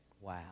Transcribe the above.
Wow